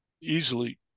easily